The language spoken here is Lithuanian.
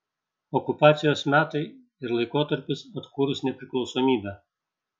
okupacijos metai ir laikotarpis atkūrus nepriklausomybę